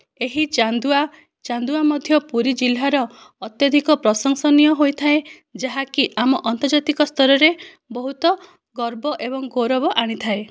ଏହି ଚାନ୍ଦୁଆ ଚାନ୍ଦୁଆ ମଧ୍ୟ ପୁରୀ ଜିଲ୍ଲାର ଅତ୍ୟଧିକ ପ୍ରଶଂସନୀୟ ହୋଇଥାଏ ଯାହାକି ଆମ ଅନ୍ତର୍ଜାତିକ ସ୍ତରରେ ବହୁତ ଗର୍ବ ଏବଂ ଗୌରବ ଆଣିଥାଏ